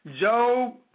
Job